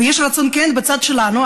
ויש רצון כן בצד שלנו,